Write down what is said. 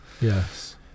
yes